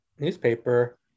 newspaper